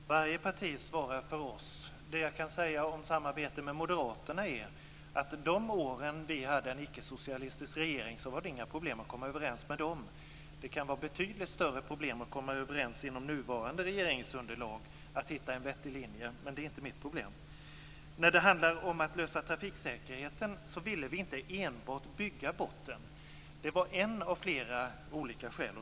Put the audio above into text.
Fru talman! Varje parti svarar för sig. Det jag kan säga om samarbete med moderaterna är att de åren vi hade en icke-socialistisk regering var det inga problem att komma överens med dem. Det kan vara betydligt större problem att komma överens inom nuvarande regeringsunderlag för att hitta en vettig linje, men det är inte mitt problem. När det handlar om att lösa trafiksäkerhetsproblemen ville vi inte bara bygga bort dem. Det var ett av flera olika skäl.